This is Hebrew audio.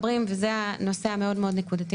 לנושא המאוד מאוד נקודתי,